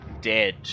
Dead